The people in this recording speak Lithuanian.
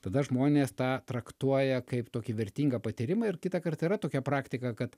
tada žmonės tą traktuoja kaip tokį vertingą patyrimą ir kitą kartą yra tokia praktika kad